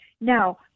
Now